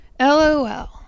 LOL